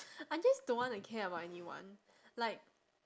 I just don't want to care about anyone like